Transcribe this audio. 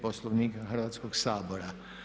Poslovnika Hrvatskog sabora.